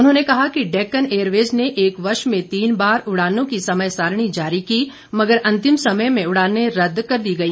उन्होंने कहा कि डेक्कन एयरवेज ने एक वर्ष में तीन बार उड़ानों की समय सारिणी जारी की मगर अंतिम समय में उड़ानें रद्द कर दी गई